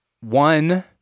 One